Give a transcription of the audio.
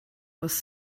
was